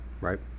right